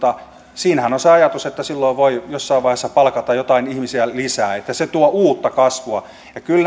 siinähän on se ajatus että silloin voi jossain vaiheessa palkata joitain ihmisiä lisää ja se tuo uutta kasvua kyllä